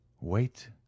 wait